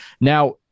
Now